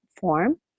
form